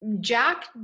Jack